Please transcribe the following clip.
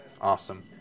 Awesome